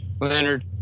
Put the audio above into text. Leonard